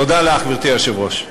תודה לך, גברתי היושבת-ראש.